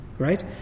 Right